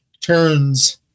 turns